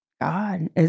God